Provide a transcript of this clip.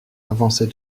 avançait